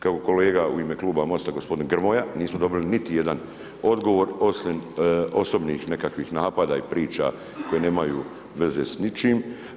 Kako kolega u ime Kluba Mosta, gospodin Grmoja, nisu dobili niti jedan odgovor, osim osobnih nekakvih napada i priča koji nemaju veze s ničim.